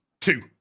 Two